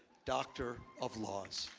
doctor of laws.